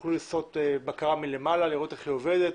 ותוכלו לעשות בקרה מלמעלה ולראות איך היא עובדת,